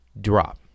drop